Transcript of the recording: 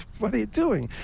what are you doing?